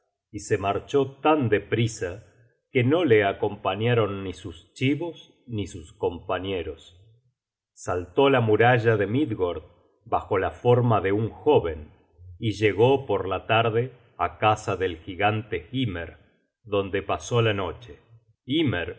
y se marchó tan de prisa que no le acompañaron ni sus chibos ni sus compañeros saltó la muralla de midgord bajo la forma de un joven y llegó por la tarde á casa del gigante hymer donde pasó la noche